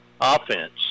offense